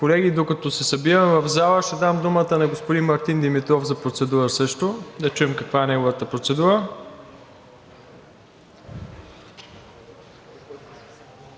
Колеги, докато се събираме в залата, ще дам думата на господин Мартин Димитров също за процедура. Да чуем каква е неговата процедура.